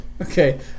Okay